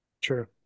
True